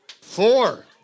Four